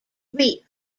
reef